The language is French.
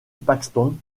paxton